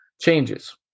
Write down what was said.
changes